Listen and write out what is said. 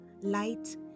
light